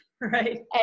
Right